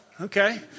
Okay